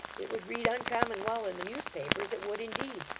it would read uncommon well in the newspapers, it would indeed.